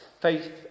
Faith